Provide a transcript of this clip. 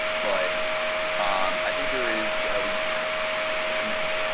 but um i think there is at least a commitment.